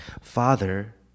Father